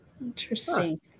Interesting